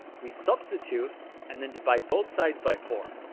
we substitute and then divide both sides by four.